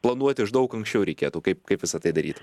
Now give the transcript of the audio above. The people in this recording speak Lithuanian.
planuot iš daug anksčiau reikėtų kaip kaip visa tai daryt